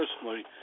personally